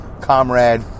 comrade